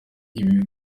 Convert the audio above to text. ibi